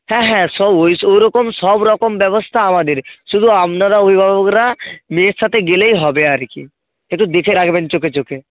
হ্যাঁ হ্যাঁ সব ওই ওরকম সব রকম ব্যবস্থা আমাদের শুধু আপনারা অভিভাবকরা মেয়ের সাথে গেলেই হবে আর কি একটু দেখে রাখবেন চোখে চোখে